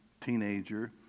teenager